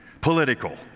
political